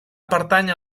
pertànyer